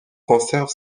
conserve